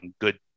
good